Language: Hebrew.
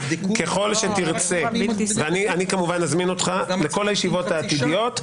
ככל שתרצה, אזמין אותך לכל הישיבות העתידיות.